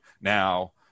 now